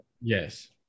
yes